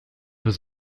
was